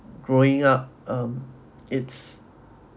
growing up um it's